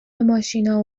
ماشینا